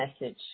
message